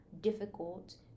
difficult